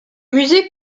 musée